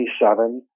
27